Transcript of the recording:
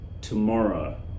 tomorrow